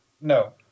no